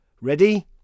Ready